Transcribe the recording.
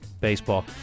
baseball